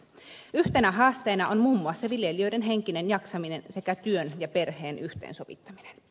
yhtenä haasteena on muun muassa viljelijöiden henkinen jaksaminen sekä työn ja perheen yhteensovittaminen